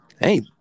Hey